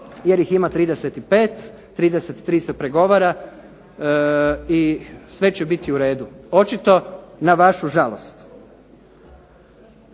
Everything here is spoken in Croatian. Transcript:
jer ih ima 35, 33 se pregovara, i sve će biti u redu. Očito na vašu žalost.